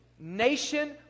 Nation